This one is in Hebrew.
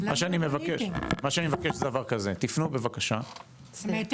תודה רבה.